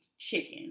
chicken